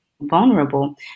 vulnerable